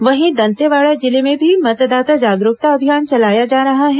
वहीं दंतेवाड़ा जिले में भी मतदाता जागरूकता अभियान चलाया जा रहा है